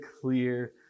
clear